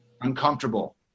uncomfortable